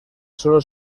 sólo